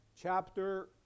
chapter